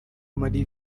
maria